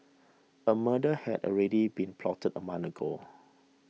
a murder had already been plotted a month ago